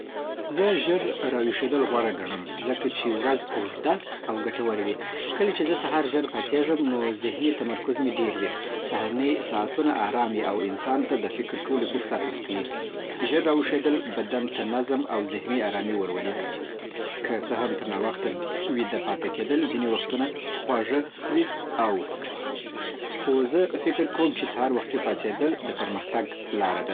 زه ژر راویښېدل غوره ګڼم، ځکه چې ورځ اوږده او ګټوره وي. کله چې زه سهار ژر پاڅېږم، نو ذهني تمرکز مې ډېر وي. سهارني ساعتونه ارام وي او انسان ته د فکر کولو فرصت ورکوي. ژر راویښېدل بدن ته نظم او ذهني آرامي راولي. که څه هم تر ناوخته ویده پاتې کېدل ځینې وختونه خواږه وي، او خو زه فکر کوم چې سهار وختي پاڅېدل د پرمختګ لاره ده.